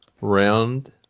round